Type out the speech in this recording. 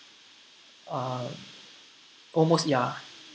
uh almost ya